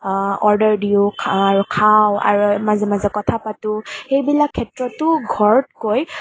order দিওঁ খাওঁ আৰু খাওঁ আৰু মাজে মাজে কথা পাতোঁ সেইবিলাক ক্ষেত্ৰতো ঘৰতকৈ